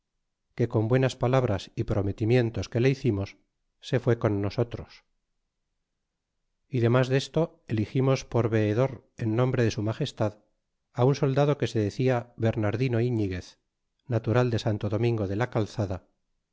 que con buenas palabras y promelimientos que le hicimos se fué con nosotros y demas jesto elegimos por veedor en nombre de su magestad un soldado que se decia bernardino iniguez natural de santo domingo de la calzada